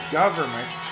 government